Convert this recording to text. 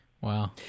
Wow